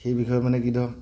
সেই বিষয়ে মানে কি ধৰ